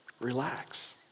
relax